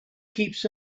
keeps